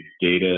data